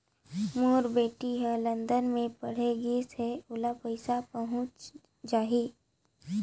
मोर बेटी हर लंदन मे पढ़े गिस हय, ओला पइसा पहुंच जाहि?